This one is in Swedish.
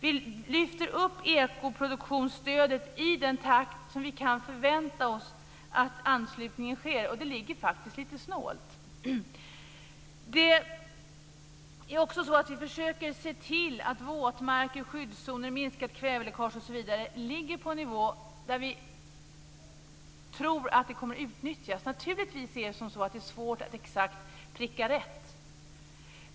Vi lyfter upp stödet till ekologisk produktion i den takt som vi kan förvänta oss att anslutningen sker. Det ligger faktiskt lite snålt. Vi försöker också se till att anslaget till våtmarker, skyddszoner, minskat kväveläckage osv. ligger på en nivå där vi tror att det kommer att utnyttjas. Det är naturligtvis svårt att exakt pricka rätt.